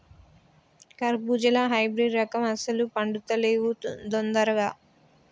కర్బుజాలో హైబ్రిడ్ రకం అస్సలు పండుతలేవు దొందరగా